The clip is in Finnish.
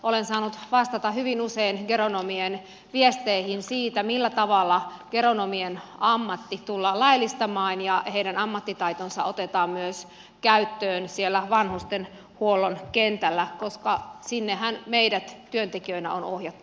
olen saanut vastata hyvin usein geronomien viesteihin siitä millä tavalla geronomien ammatti tullaan laillistamaan ja heidän ammattitaitonsa otetaan myös käyttöön siellä vanhustenhuollon kentällä koska sinnehän meidät työntekijöinä on ohjattu